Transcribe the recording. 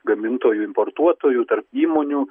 gamintojų importuotojų tarp įmonių